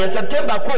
September